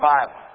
Bible